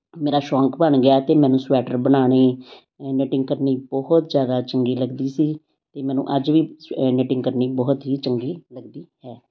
ਮੇਰਾ ਸ਼ੌਂਕ ਬਣ ਗਿਆ ਅਤੇ ਮੈਨੂੰ ਸਵੈਟਰ ਬਣਾਉਣੇ ਨੇਟਿੰਗ ਕਰਨੀ ਬਹੁਤ ਜ਼ਿਆਦਾ ਚੰਗੀ ਲੱਗਦੀ ਸੀ ਅਤੇ ਮੈਨੂੰ ਅੱਜ ਵੀ ਸਵ ਅ ਨੇਟਿੰਗ ਕਰਨੀ ਬਹੁਤ ਹੀ ਚੰਗੀ ਲੱਗਦੀ ਹੈ